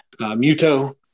Muto